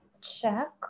check